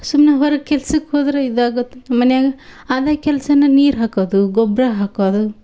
ಸುಮ್ನೆ ಹೊರಗೆ ಕೆಲ್ಸಕ್ಕೆ ಹೋದರೆ ಇದಾಗತ್ತೆ ಮನ್ಯಾಗ ಅದೇ ಕೆಲಸನ ನೀರು ಹಾಕೋದು ಗೊಬ್ಬರ ಹಾಕೋದು